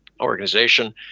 organization